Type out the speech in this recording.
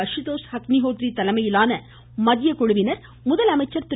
Ashutosh Agnihotri தலைமையிலான மத்திய குழுவினர் முதலமைச்சர் திரு